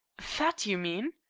fat, do you mean?